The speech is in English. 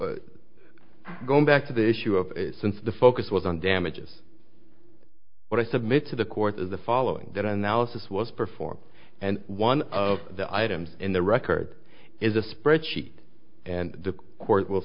so going back to the issue of since the focus was on damages what i said made to the court is the following that analysis was performed and one of the items in the record is a spread sheet and the court will